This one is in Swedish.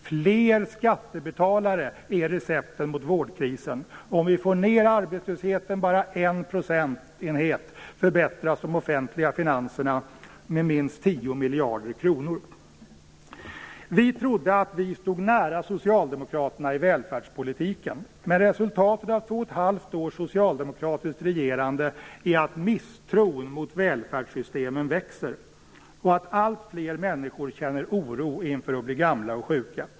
Fler skattebetalare är receptet mot vårdkrisen. Om vi får ned arbetslösheten en procentenhet förbättras de offentliga finanserna med minst 10 miljarder kronor. Vi trodde att vi stod nära Socialdemokraterna i välfärdspolitiken. Men resultatet av två och ett halvt års socialdemokratiskt regerande är att misstron mot välfärdssystemen växer och att alltfler människor känner oro inför att bli gamla och sjuka.